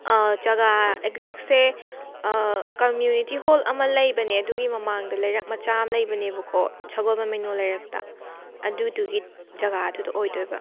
ꯖꯒꯥ ꯑꯦꯛꯖꯦꯛꯁꯦ community hall ꯑꯃ ꯂꯩꯕꯅꯦ ꯑꯗꯨꯒꯤ ꯃꯃꯥꯡꯗ ꯂꯩꯔꯛ ꯃꯆꯥ ꯑꯝ ꯂꯩꯕꯅꯦꯕꯀꯣ ꯁꯒꯣꯜꯕꯟ ꯃꯩꯅꯣ ꯂꯩꯔꯛꯇ ꯑꯗꯨꯗꯨꯒꯤ ꯖꯒꯥꯗꯨꯗ ꯑꯣꯏꯗꯣꯏꯕ